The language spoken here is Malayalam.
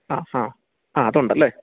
ആ ഹാ ആ അതുണ്ടല്ലേ